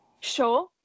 Sure